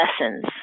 lessons